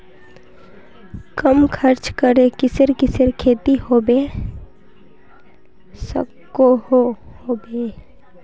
कम खर्च करे किसेर किसेर खेती होबे सकोहो होबे?